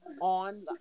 on